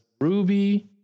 Ruby